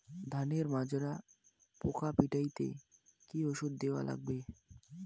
ধানের মাজরা পোকা পিটাইতে কি ওষুধ দেওয়া লাগবে?